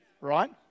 right